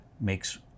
makes